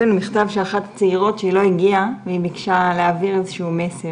יש לנו מכתב של אחת הצעירות שלא הגיעה והיא ביקשה להעביר איזה שהוא מסר,